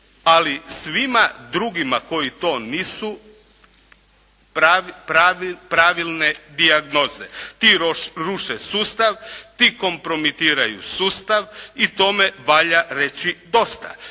ali svima drugima koji to nisu, pravilne dijagnoze. Ti ruše sustav, ti kompromitiraju sustav i tome valja reći dosta.